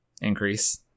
increase